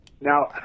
now